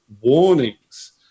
warnings